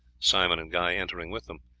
simon and guy entering with them.